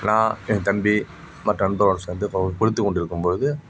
நான் என் தம்பி மற்ற நண்பர்க்ளோட சேர்ந்து குளித்து கொண்டிருக்கும் பொழுது